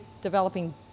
developing